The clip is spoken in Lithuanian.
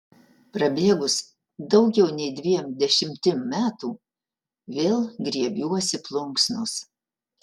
prabėgus daugiau nei dviem dešimtim metų vėl griebiuosi plunksnos